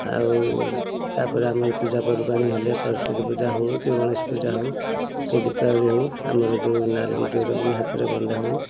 ଆଉ ତାପରେ ଆମ ପୂଜାପର୍ବାଣୀ ହେଲେ ସରସ୍ୱତୀ ପୂଜା ହେଉ କି ଗଣେଶ ପୂଜା ହେଉ କି ଦୀପାବଳି ହେଉ ଆମର ଯୋଉଁ ନାଲି ଡୋର ବି ହାତରେ ବନ୍ଦା ହୁଏ